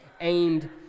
aimed